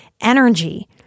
Energy